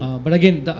but again,